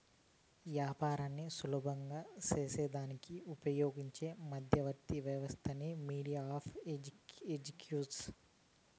యాపారాన్ని సులభం సేసేదానికి ఉపయోగించే మధ్యవర్తి వ్యవస్థే మీడియం ఆఫ్ ఎక్స్చేంజ్